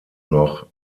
noch